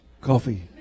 coffee